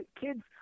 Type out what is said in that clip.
kids